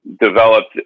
developed